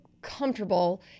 comfortable